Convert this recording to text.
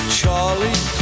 Charlie